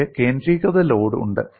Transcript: എനിക്ക് കേന്ദ്രീകൃത ലോഡ് ഉണ്ട്